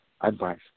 advice